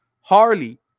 Harley